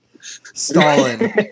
Stalin